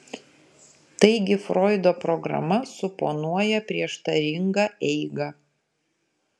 taigi froido programa suponuoja prieštaringą eigą